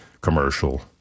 commercial